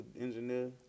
engineer